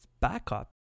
backup